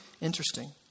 interesting